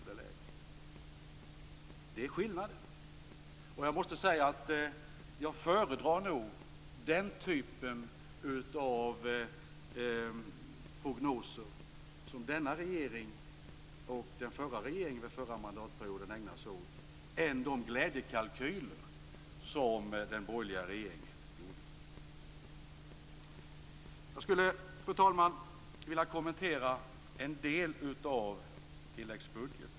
Detta är något annat, och jag måste säga att jag föredrar den typ av prognoser som regeringen under denna och den förra mandatperioden ägnat sig åt framför glädjekalkylerna från den borgerliga regeringen. Fru talman! Jag skulle vilja kommentera en del av tilläggsbudgeten.